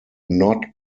not